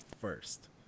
first